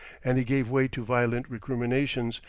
and he gave way to violent recriminations,